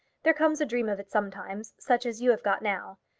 there comes a dream of it sometimes such as you have got now.